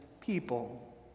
people